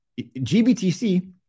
GBTC